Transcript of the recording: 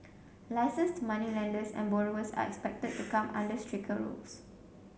licenced moneylenders and borrowers are expected to come under stricter rules